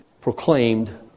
proclaimed